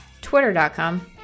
twitter.com